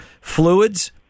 Fluids